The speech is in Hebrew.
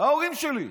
ההורים שלי,